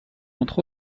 entre